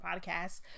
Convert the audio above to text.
podcasts